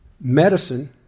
medicine